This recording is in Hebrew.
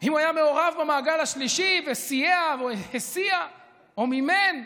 אם הוא היה מעורב במעגל השלישי וסייע והסיע או מימן,